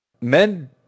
men